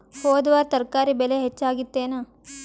ಹೊದ ವಾರ ತರಕಾರಿ ಬೆಲೆ ಹೆಚ್ಚಾಗಿತ್ತೇನ?